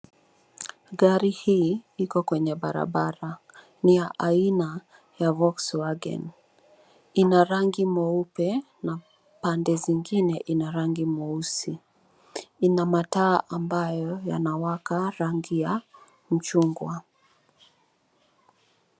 Gari hii iko kwenye barabara. Ni ya aina ya Volkswagen. Ina rangi mweupe na pande zingine ina rangi mweusi. Ina mataa ambayo inawaka rangi ya mchungwa.